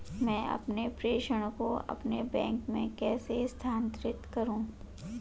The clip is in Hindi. मैं अपने प्रेषण को अपने बैंक में कैसे स्थानांतरित करूँ?